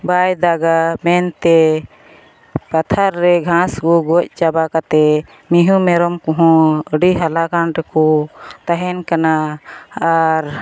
ᱵᱟᱭ ᱫᱟᱜᱟ ᱢᱮᱱᱛᱮ ᱯᱟᱛᱷᱟᱨ ᱨᱮ ᱜᱷᱟᱥᱠᱚ ᱜᱚᱡᱪᱟᱵᱟ ᱠᱟᱛᱮᱫ ᱢᱤᱦᱩᱼᱢᱮᱨᱚᱢ ᱠᱚᱦᱚᱸ ᱟᱹᱰᱤ ᱦᱮᱞᱟᱜᱟᱱ ᱨᱮᱠᱚ ᱛᱮᱦᱮᱱ ᱠᱟᱱᱟ ᱟᱨ